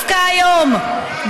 מירי רגב לשלטון.